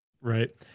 Right